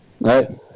Right